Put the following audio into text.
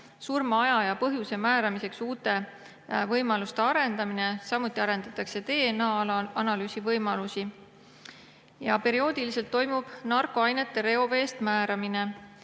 surmaaja ja -põhjuse määramiseks uute võimaluste arendamine. Samuti arendatakse DNA-analüüsi võimalusi ja perioodiliselt toimub narkoainete määramine